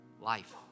Life